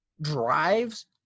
drives